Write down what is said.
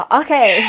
okay